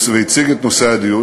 והציג את נושא הדיון,